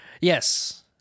Yes